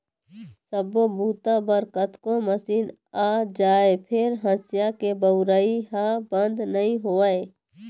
सब्बो बूता बर कतको मसीन आ जाए फेर हँसिया के बउरइ ह बंद नइ होवय